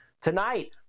tonight